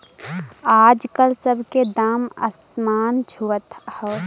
आजकल सब के दाम असमान छुअत हौ